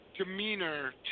demeanor